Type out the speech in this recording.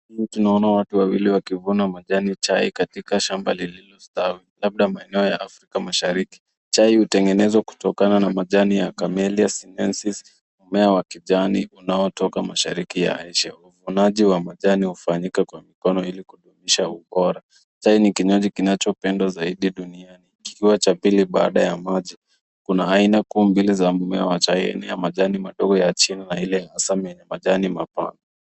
Tunaona watu wawili wakivuna majani chai katika shamba lililostwa, labda maeneo ya Afrika mashariki. Chai hutengenezwa kutokana na majani ya Chamelia symensis mmea wa kijani unaotoka mashariki ya Asia. Uvunaji wa majani hufanyika kwa mkono ili kudumisha ubora. Chai ni kinywaji kinachopendwa zaidi duniani kikiwa cha pili baada ya maji. Kuna aina kuu mbili za mmea wa chai, aina ya majani madogo ya chini na aina ya asali yenye majani mapana.